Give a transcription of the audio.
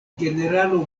generalo